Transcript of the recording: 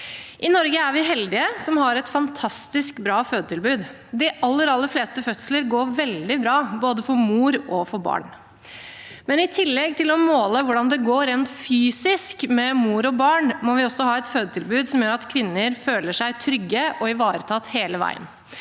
I Norge er vi heldige som har et fantastisk bra fødetilbud. De aller fleste fødsler går veldig bra for både mor og barn. Men i tillegg til å måle hvordan det går rent fysisk med mor og barn, må vi også ha et fødetilbud som gjør at kvinner føler seg trygge og ivaretatt hele veien